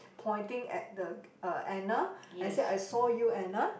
pointing at the uh Anna and said I saw you Anna